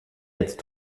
jetzt